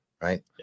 Right